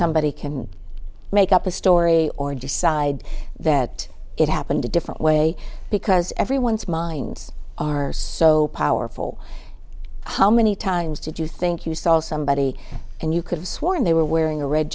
somebody can make up a story or decide that it happened a different way because everyone's minds are so powerful how many times did you think you saw somebody and you could've sworn they were wearing a red